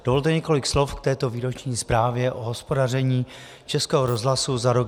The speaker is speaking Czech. Dovolte několik slov k této Výroční zprávě o hospodaření Českého rozhlasu za rok 2015.